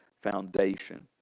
foundation